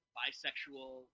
bisexual